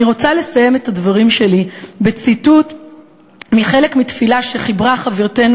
אני רוצה לסיים את דברי בציטוט חלק מתפילה שחיברה חברתנו